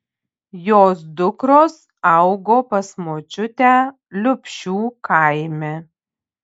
jos dukros augo pas močiutę liupšių kaime